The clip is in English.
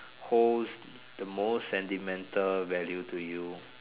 holds the most sentimental value to you